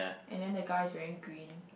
and then the guy's wearing green